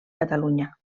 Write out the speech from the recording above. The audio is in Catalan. catalunya